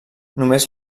només